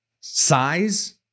size